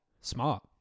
Smart